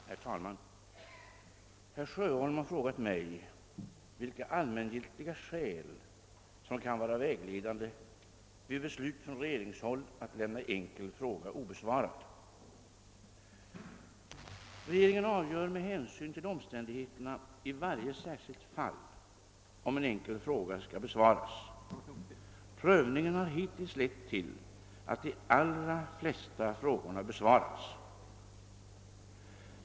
Herr talman! Herr Sjöholm har frågat mig vilka allmängiltiga skäl som kan vara vägledande vid beslut från regeringshåll att lämna enkel fråga obesvarad. Regeringen avgör med hänsyn till omständigheterna i varje särskilt fall om en enkel fråga skall besvaras. Prövningen har hittills lett till att de allra flesta frågorna besvarats.